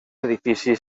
edifici